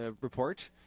report